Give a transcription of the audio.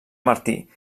martí